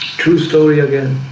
true story again,